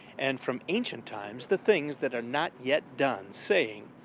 and from ancient times the things that are not yet done, saying,